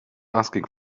asking